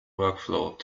workflow